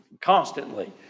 constantly